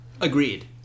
Agreed